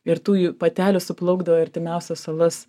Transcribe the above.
ir tųjų patelių suplaukdavo į artimiausias salas